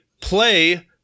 play